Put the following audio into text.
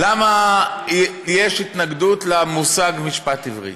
למה יש התנגדות למושג משפט עברי.